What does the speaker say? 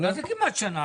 מה זה כמעט שנה?